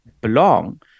belong